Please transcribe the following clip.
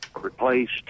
replaced